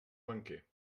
banquer